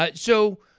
ah so,